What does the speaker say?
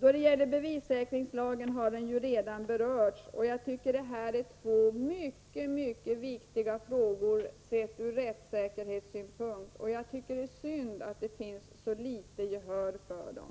Bevissäkringslagen har redan debatterats. Jag tycker att dessa två frågor är mycket viktiga ur rättssäkerhetssynpunkt. Det är synd att det finns så litet gehör för dem.